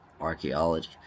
archaeology